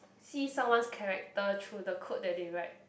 see someone's character through the code that they write